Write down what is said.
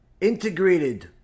integrated